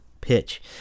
pitch